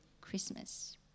Christmas